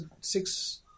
six